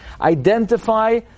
identify